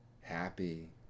happy